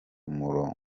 murongo